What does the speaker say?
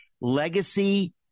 Legacy